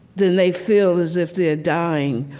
then they feel as if they are dying?